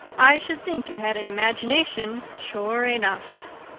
i should think you had an imagination, sure enough.